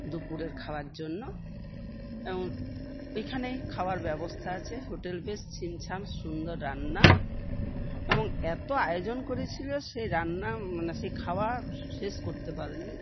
দুপুরের খাওয়ার জন্য এখানে খাওয়ার ব্যবস্থা আছে হোটেল বেশ ছিমছাম সুন্দর রান্না এবং এত্ত আয়োজন করেছিল সে রান্না মানে সে খাবার শেষ করতে পারিনি